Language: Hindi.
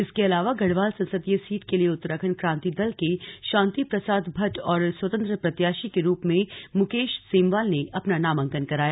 इसके अलावा गढ़वाल संसदीय सीट के लिए उत्तराखंड क्रांति दल के शांति प्रसाद भट्ट और स्वतंत्र प्रत्याशी के रूप में मुकेश सेमवाल ने अपना नामांकन कराया